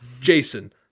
Jason